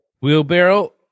Wheelbarrow